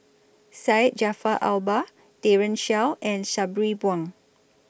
Syed Jaafar Albar Daren Shiau and Sabri Buang